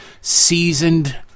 seasoned